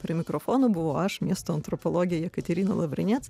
prie mikrofono buvo aš miesto antropologė jekaterina lavrinec